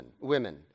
women